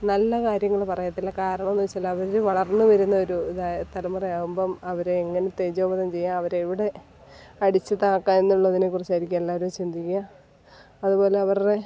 നല്ല കാര്യങ്ങൾ പറയത്തില്ല കാരണന്ന്വെച്ചാൽ അവർ വളർന്ന് വരുന്ന ഒരു ഇത് തലമുറയാവുമ്പം അവരെ എങ്ങനെ തേജോവധം ചെയ്യാം അവരെവിടെ അടിച്ച് താക്കാം എന്നുള്ളതിനെ കുറിച്ചായിരിക്കും എല്ലാവരും ചിന്തിക്കുക അതുപോലെ അവരുടെ